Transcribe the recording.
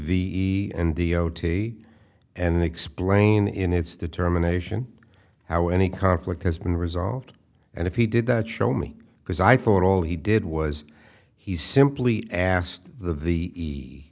the o t and explain in its determination how any conflict has been resolved and if he did that show me because i thought all he did was he simply asked the